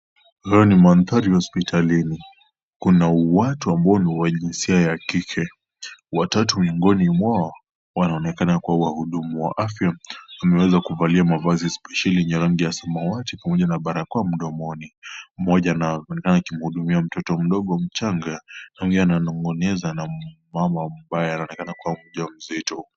Haya ni mandhari ya hospitalini. Kuna watu ambao ni wa jinsia ya kike. Watatu miongoni mwao, wanaonekana kuwa wahudumu wa afya. Wameweza kuvalia mavazi sipesheli ya rangi ya samawati pamoja na balakoa mdomoni. Mmoja ana anayemhudumia mtoto mdogo mchanga, kunaye ananongoneza mama ambaye anaonekana kuwa mjamzito.